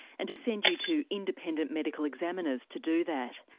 and to send you to independent medical examiners to do that.